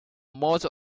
most